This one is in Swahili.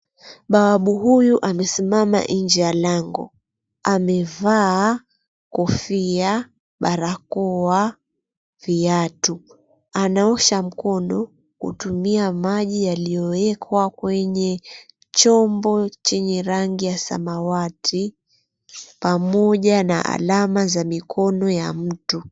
Bawabu huyu amesimama nje ya lango. Amevaa kofia, barakoa, viatu. Anaosha mkono kutumia maji yaliyowekwa kwenye chombo chenye rangi ya samawati pamoja na alama za mikono ya mtu.